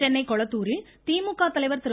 சென்னை கொளத்தூரில் திமுக தலைவர் திரு